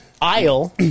aisle